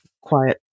quiet